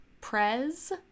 prez